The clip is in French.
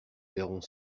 verront